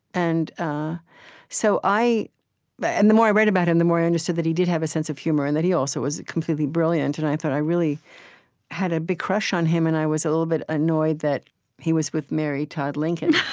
and ah so but and the more i read about him, the more i understood that he did have a sense of humor and that he also was completely brilliant. and i thought, i really had a big crush on him, and i was a little bit annoyed that he was with mary todd lincoln.